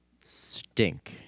stink